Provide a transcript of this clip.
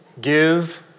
give